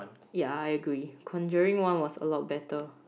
ya I agree conjuring one was a lot better